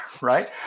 right